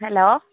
hello